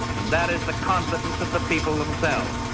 and that is the confidence of the people themselves.